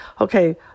okay